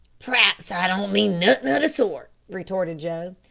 p'raps i don't mean nothin' o' the sort, retorted joe.